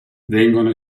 vengono